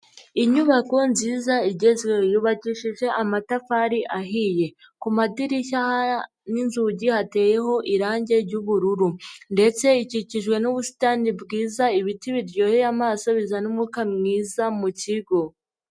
Inyubako nziza izweho, yubakishije amatafari ahiye, ku madirishya n'inzugi hateyeho irangi ry'ubururu ndetse ikikijwe n'ubusitani bwiza, ibiti biryoheye amaso bizana umwuka mwiza mu kigo.